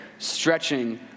stretching